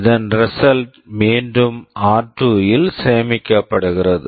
இதன் result result மீண்டும் R two r2 இல் சேமிக்கப்படுகிறது